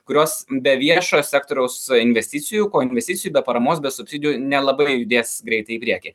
kurios be viešojo sektoriaus investicijų koinvesticijų be paramos be subsidijų nelabai judės greitai į priekį